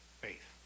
Faith